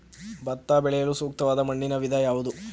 ಭತ್ತ ಬೆಳೆಯಲು ಸೂಕ್ತವಾದ ಮಣ್ಣಿನ ವಿಧ ಯಾವುದು?